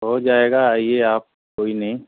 हो जाएगा आइए आप कोई नहीं